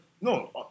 no